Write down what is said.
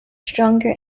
stronger